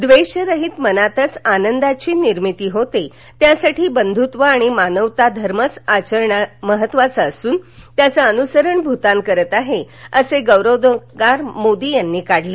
द्वेष रहित मनातच आनंदाची निर्मिती होते त्यासाठी बंधूत्व आणि मानवता धर्मच आचरणं महत्वाचं असून त्याचं अनुसरण भूतान करत आहे असे गौरोवोद्वार मोदी यांनी काढले